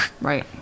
Right